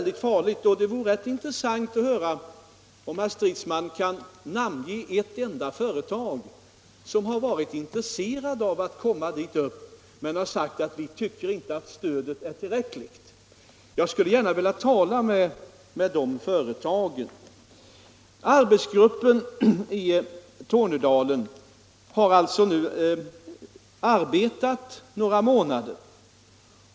Det vore intressant att höra om herr Stridsman kan namnge ett enda företag som har varit intresserat av att komma dit upp men sagt att vi tycker inte att stödet är tillräckligt. Jag skulle gärna vilja tala med ett sådant företag. Arbetsgruppen i Tornedalen har nu arbetat några månader.